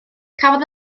cafodd